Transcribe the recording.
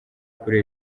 kuri